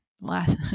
last